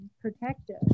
protective